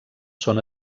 són